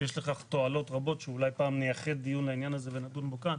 יש לכך תועלות רבות שאולי פעם נייחד דיון לעניין הזה ונדון בו כאן.